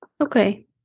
Okay